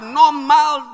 normal